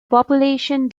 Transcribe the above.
population